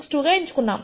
762 గా ఎంచుకున్నాం